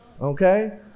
Okay